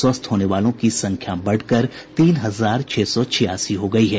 स्वस्थ होने वालों की संख्या बढ़कर तीन हजार छह सौ छियासी हो गयी है